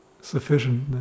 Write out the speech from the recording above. sufficient